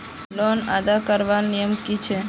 Loan अदा करवार नियम की छे?